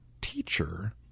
teacher